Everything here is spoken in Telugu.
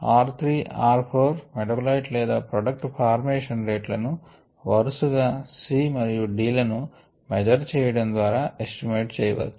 r 3 r 4 మెటాబోలైట్ లేదా ప్రోడక్ట్ ఫార్మేషన్ రేట్ లను వరుసగా C మరియు D లను మెజర్ చేయడం ద్వారా ఎస్టిమేట్ చేయవచ్చు